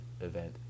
event